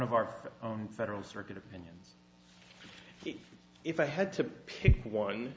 of our own federal circuit opinions if i had to pick one